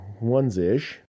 ones-ish